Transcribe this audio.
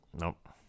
Nope